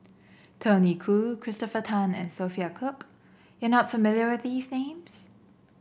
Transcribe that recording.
Tony Khoo Christopher Tan and Sophia Cooke you are not familiar with these names